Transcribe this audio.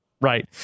right